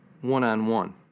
one-on-one